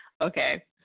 Okay